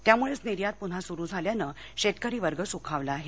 त्यामुळच निर्यात पुन्हा सुरु झाल्यानं शेतकरी वर्ग सुखावला आहे